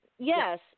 Yes